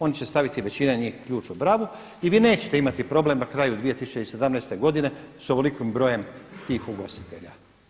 Oni će staviti većina njih ključ u bravu i vi nećete imati problem na kraju 2017. godine s ovolikim brojem tih ugostitelja.